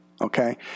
okay